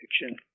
fiction